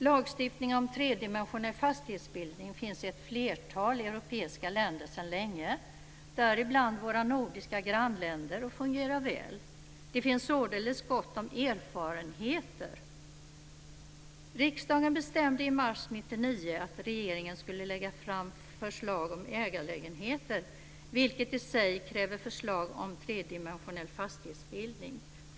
Lagstiftning om tredimensionell fastighetsbildning finns i ett flertal europeiska länder, däribland våra nordiska grannländer, sedan länge och fungerar väl. Det finns således gott om erfarenheter. Riksdagen bestämde i mars 1999 att regeringen skulle lägga fram förslag om ägarlägenheter, vilket i sig kräver förslag om tredimensionell fastighetsbildning.